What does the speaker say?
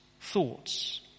thoughts